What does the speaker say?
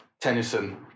Tennyson